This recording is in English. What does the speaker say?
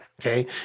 okay